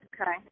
Okay